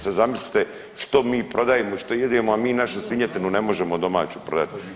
Sad zamislite što mi prodajemo i što jedemo, a mi našu svinjetinu ne možemo domaću prodat.